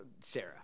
Sarah